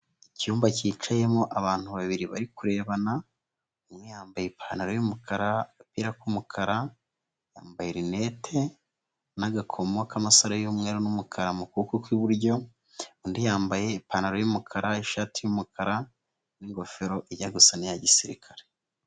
Icyumba cyicayemo abantu babiri bari kurebana, umwe yambaye ipantaro y'umukara, agapira k'umukara, yambaye rinete n'agakomo k'amasaro y'umweru n'umukara mu kuboko kw'iburyo, undi yambaye ipantaro y'umukara, ishati y'umukara n'ingofero ijya gusa n'iya gisirikare.